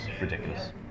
ridiculous